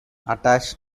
attached